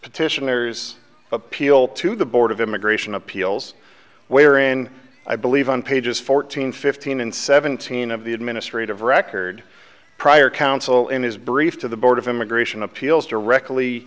petitioners appeal to the board of immigration appeals wherein i believe on pages fourteen fifteen and seventeen of the administrative record prior counsel in his brief to the board of immigration appeals directly